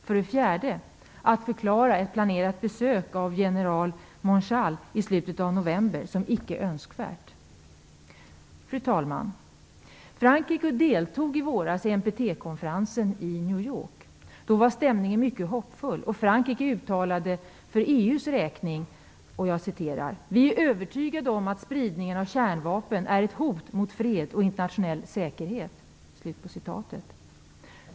För det fjärde att förklara ett planerat besök av general Monchal i slutet av november som icke önskvärt. Fru talman! Frankrike deltog i våras i NPT konferensen i New York. Då var stämningen mycket hoppfull, och Frankrike uttalade för EU:s räkning: "Vi är övertygade om att spridningen av kärnvapen är ett hot mot fred och internationell säkerhet."